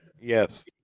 Yes